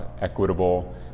equitable